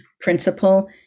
principle